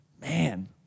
Man